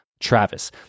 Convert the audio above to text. Travis